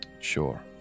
sure